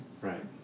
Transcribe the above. Right